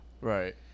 Right